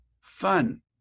fun